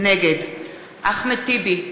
נגד אחמד טיבי,